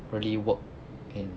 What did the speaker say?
really work in